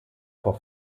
vor